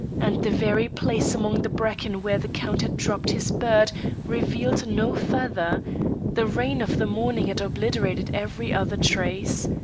and the very place among the bracken where the count had dropped his bird revealed no feather the rain of the morning had obliterated every other trace.